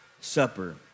supper